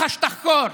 מח"ש תחקור.